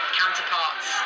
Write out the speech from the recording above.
counterparts